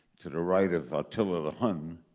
to the right of attila the hun,